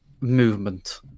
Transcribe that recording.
movement